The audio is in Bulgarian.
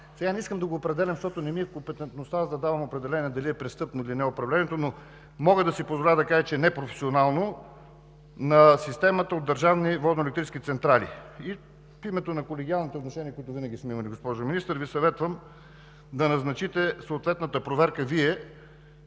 – не искам да го определям, защото не ми е в компетентността да давам определения дали е престъпно или не, управлението, но мога да си позволя да кажа, че е непрофесионално, на системата от държавни водноелектрически централи? В името на колегиалните отношения, които винаги сме имали, госпожо Министър, Ви съветвам да назначите съответната проверка Вие,